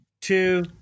two